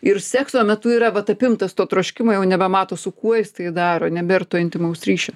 ir sekso metu yra vat apimtas to troškimo jau nebemato su kuo jis tai daro nebėr to intymaus ryšio